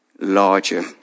larger